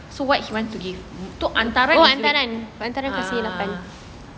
so what he want to give tu hantaran ah ah uh